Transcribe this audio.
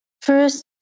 First